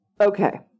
okay